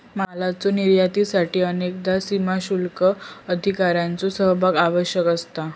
मालाच्यो निर्यातीसाठी अनेकदा सीमाशुल्क अधिकाऱ्यांचो सहभाग आवश्यक असता